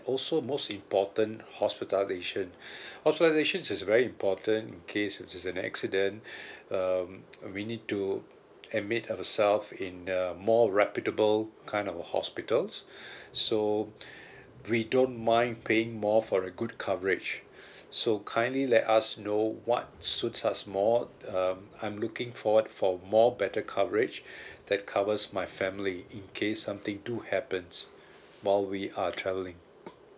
also most important hospitalisation hospitalisation is very important in case which is an accident um we need to admit ourselves in a more reputable kind of hospitals so we don't mind paying more for a good coverage so kindly let us know what suits us more um I'm looking forward for more better coverage that covers my family in case something do happens while we are travelling